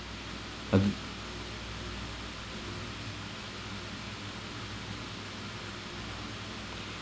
uh